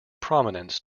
prominence